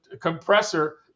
compressor